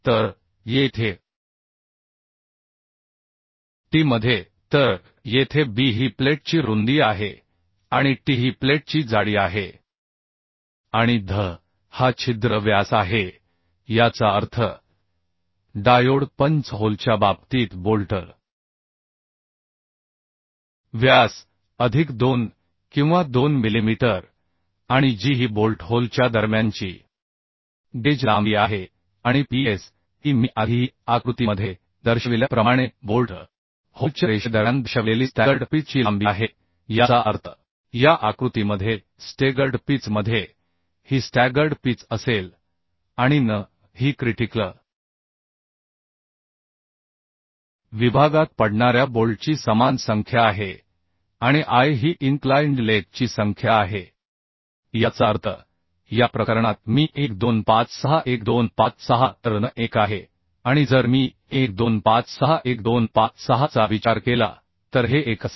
तर येथे t मध्ये तर येथे b ही प्लेटची रुंदी आहे आणि t ही प्लेटची जाडी आहे आणि dh हा छिद्र व्यास आहे याचा अर्थ डायोड पंच होलच्या बाबतीत बोल्ट व्यास अधिक 2 किंवा 2 मिलिमीटर आणि g ही बोल्ट होलच्या दरम्यानची गेज लांबी आहे आणि Ps ही मी आधी आकृतीमध्ये दर्शविल्याप्रमाणे बोल्ट होलच्या रेषेदरम्यान दर्शविलेली स्टॅगर्ड पिच ची लांबी आहे याचा अर्थ या आकृतीमध्ये स्टेगर्ड पिच मध्ये ही स्टॅगर्ड पिच असेल आणि n ही क्रिटिकल विभागात पडणाऱ्या बोल्टची समान संख्या आहे आणि i ही इन्क्लाइन्ड लेग ची संख्या आहे याचा अर्थ या प्रकरणात मी 1 2 5 6 1 2 5 6 तर n 1 आहे आणि जर मी 1 2 5 6 1 2 5 6 चा विचार केला तर हे 1 असेल